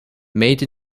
made